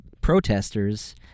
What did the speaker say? protesters